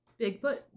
Bigfoot